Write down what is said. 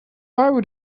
why